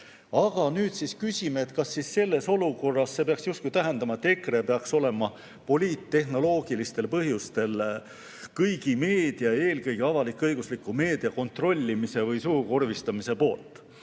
Aga nüüd küsime, kas selles olukorras peaks see justkui tähendama, et EKRE peaks olema poliittehnoloogilistel põhjustel kõigi meedia, eelkõige avalik-õigusliku meedia kontrollimise või suukorvistamise poolt.